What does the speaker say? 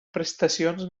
prestacions